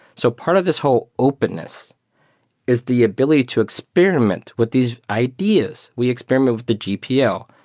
so part of this whole openness is the ability to experiment with these ideas. we experiment with the gpl.